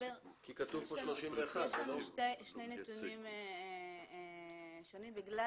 כי כתוב פה 31. יש לנו שני נתונים שונים בגלל